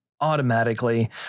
automatically